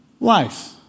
life